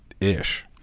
Ish